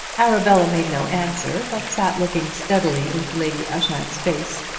arabella made no answer, but sat looking steadily into lady ushant's face.